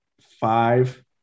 five